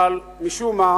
אבל משום מה